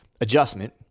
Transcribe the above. adjustment